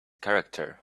character